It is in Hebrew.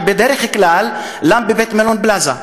אני בדרך כלל לן בבית-מלון "פלאזה".